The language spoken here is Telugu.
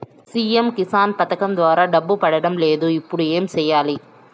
సి.ఎమ్ కిసాన్ పథకం ద్వారా డబ్బు పడడం లేదు ఇప్పుడు ఏమి సేయాలి